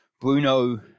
Bruno